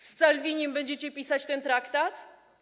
Z Salvinim będziecie pisać ten traktat?